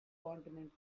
continent